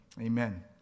Amen